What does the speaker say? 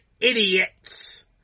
idiots